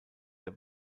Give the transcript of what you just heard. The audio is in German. der